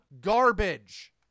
garbage